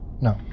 no